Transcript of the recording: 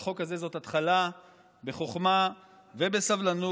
והחוק הזה הוא התחלה בחוכמה ובסבלנות.